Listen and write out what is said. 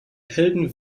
helden